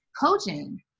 coaching